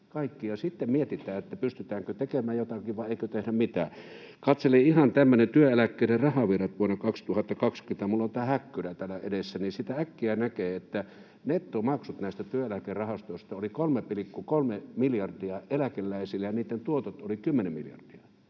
kaikki ja sitten mietitään, pystytäänkö tekemään jotakin vai eikö tehdä mitään. Katselin tämmöistä julkaisua ”Työeläkkeiden rahavirrat vuonna 2020”. Minulla on tämä häkkyrä täällä edessä, ja siitä äkkiä näkee, että nettomaksut näistä työeläkerahastoista olivat 3,3 miljardia eläkeläisille ja niitten tuotot olivat 10 miljardia.